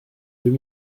deux